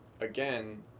again